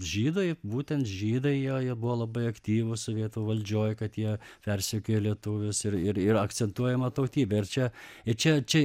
žydai būtent žydai jie jie buvo labai aktyvūs sovietų valdžioj kad jie persekiojo lietuvius ir ir ir akcentuojama tautybė ir čia ir čia čia